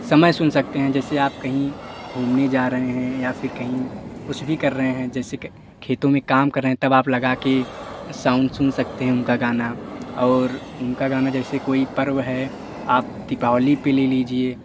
समय सुन सकते हैं जैसे आप कहीं घूमने जा रहे हैं या फिर कहीं कुछ भी कर रहे हैं जैसे कि खेतों में काम कर रहे हैं तब आप लगा कर साउंड सुन सकते हैं उनका गाना और उनका गाना जैसे कोई पर्व है आप दीपावली पर ले लीजिए